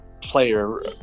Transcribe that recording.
player